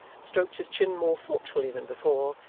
stroked his chin more thoughtfully than before,